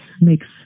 makes